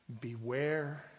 beware